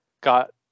got